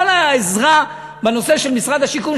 כל העזרה בנושא של משרד השיכון,